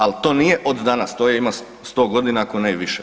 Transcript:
Al to nije od danas, to je ima 100 godina ako ne i više.